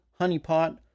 honeypot